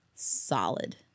solid